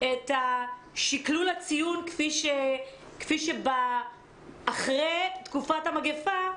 את שקלול הציון כפי שאחרי תקופת המגפה.